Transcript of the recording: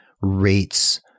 rates